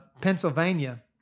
Pennsylvania